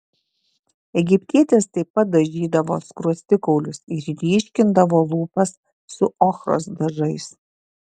egiptietės taip pat dažydavo skruostikaulius ir ryškindavo lūpas su ochros dažais